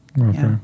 Okay